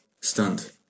Stunned